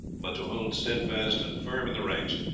but to hold steadfast and firm in the ranks,